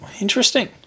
Interesting